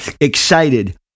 excited